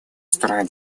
стороны